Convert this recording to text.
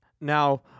now